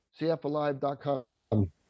Cfalive.com